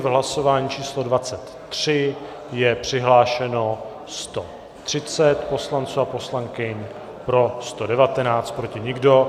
V hlasování číslo 23 je přihlášeno 130 poslanců a poslankyň, pro 119, proti nikdo.